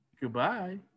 Goodbye